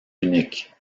unique